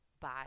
bye